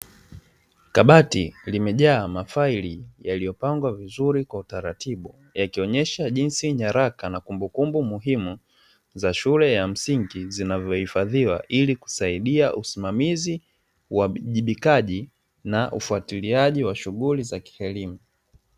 Kabati limejaa mafaili yaliyopangwa vizuri kwa utaratibu yakionyesha jinsi nyaraka na kumbukumbu muhimu za shule ya msingi zinavyohifadhiwa ili kusaidia usimamizi, uwajibikaji na ufuatiliaji wa shughuli za kielimu.